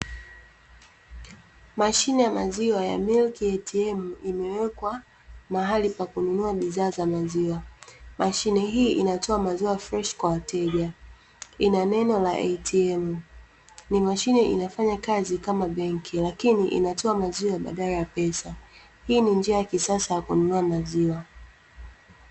Mashine ya maziwa ya "milk ATM", imewekwa mahali pa kununua bidhaa za maziwa. Mashine hii inatoa maziwa freshi kwa wateja. Ina neno la ATM. Ni mashine inafanya kazi kama benki lakini inatoa maziwa badala ya pesa. Hii ni njia ya kisasa ya kununua maziwa.